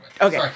okay